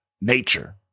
nature